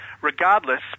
regardless